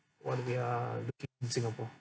what we are looking in singapore